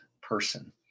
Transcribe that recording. person